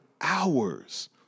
hours